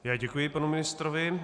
Já děkuji panu ministrovi.